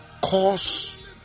cause